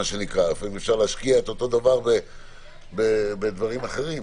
לפעמים אפשר להשקיע אותו דבר בדברים אחרים.